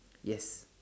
yes